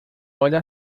olha